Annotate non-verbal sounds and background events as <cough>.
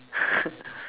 <laughs>